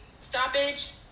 stoppage